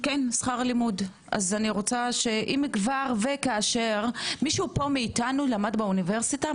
שכר לימוד אז אני רוצה שאם כבר וכאשר מישהו פה מאיתנו למד באוניברסיטה?